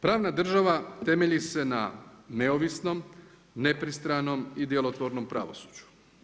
Pravna država temelji se na neovisnom, nepristranom i djelotvornom pravosuđu.